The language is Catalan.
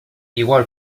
igual